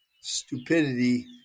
stupidity